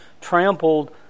trampled